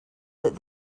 that